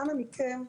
אנא מכם,